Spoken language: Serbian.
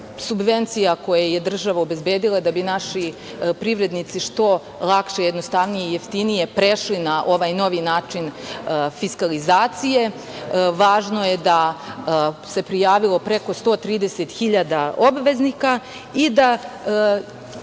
subvencija koje je država obezbedila da bi naši privrednici što lakše, jednostavnije i jeftinije prešli na ovaj novi način fiskalizacije. Važno je da se prijavilo preko 130 hiljada obveznika i da